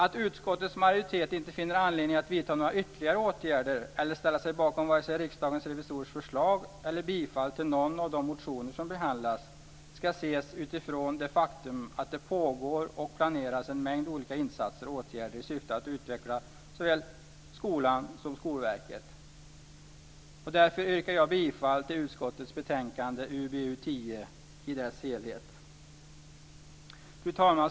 Att utskottets majoritet inte finner anledning att vidta några ytterligare åtgärder eller att ställa sig bakom vare sig Riksdagens revisorers förslag eller bifall till någon av de motioner som behandlas ska ses utifrån det faktum att det pågår och planeras en mängd olika insatser och åtgärder i syfte att utveckla såväl skolan som Skolverket. Därför yrkar jag bifall till utskottets hemställan i betänkande Fru talman!